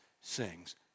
sings